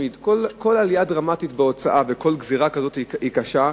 כל עלייה דרמטית בהוצאה, כל גזירה כזאת היא קשה.